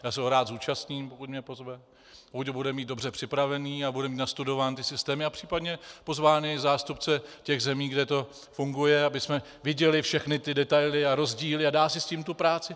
Já se ho rád zúčastním, pokud mě pozve, pokud ho bude mít dobře připravený a bude mít nastudované ty systémy a případně pozvané i zástupce těch zemí, kde to funguje, abychom viděli všechny ty detaily a rozdíly, a dá si s tím tu práci...